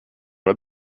had